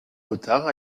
retard